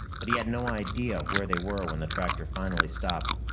but he had no idea where they were when the tractor finally stopped.